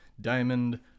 diamond